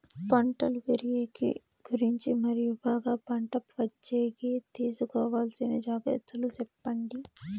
పంటలు పెరిగేకి గురించి మరియు బాగా పంట వచ్చేకి తీసుకోవాల్సిన జాగ్రత్త లు సెప్పండి?